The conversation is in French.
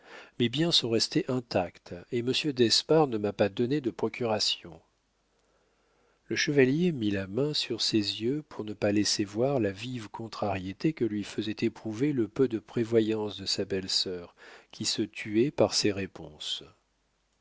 mes biens sont restés intacts et monsieur d'espard ne m'a pas donné de procuration le chevalier mit la main sur ses yeux pour ne pas laisser voir la vive contrariété que lui faisait éprouver le peu de prévoyance de sa belle-sœur qui se tuait par ses réponses